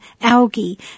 algae